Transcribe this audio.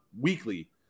weekly